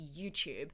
YouTube